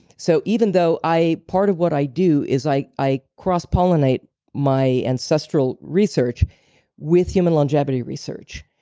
so even though i, part of what i do is i i cross pollinate my ancestral research with human longevity research,